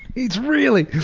he's really.